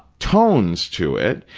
tones to it,